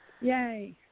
Yay